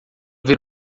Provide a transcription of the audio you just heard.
ver